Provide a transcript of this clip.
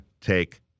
take